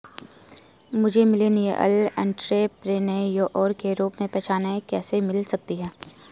मुझे millennial entrepreneur के रूप में पहचान कैसे मिल सकती है?